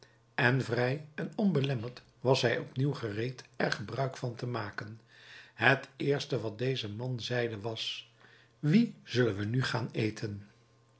en vrij en onbelemmerd was hij opnieuw gereed er gebruik van te maken het eerste wat deze man zeide was wien zullen wij nu gaan eten